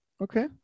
okay